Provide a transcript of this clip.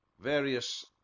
various